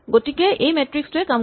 গতিকে এই মেট্ৰিক্স টোৱে কাম কৰিব